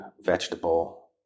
vegetable